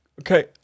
okay